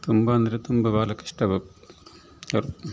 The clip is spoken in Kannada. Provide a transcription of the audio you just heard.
ತುಂಬ ಅಂದರೆ ತುಂಬ ಭಾಳ ಕಷ್ಟವಾಗಿ